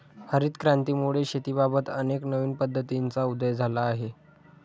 हरित क्रांतीमुळे शेतीबाबत अनेक नवीन पद्धतींचा उदय झाला आहे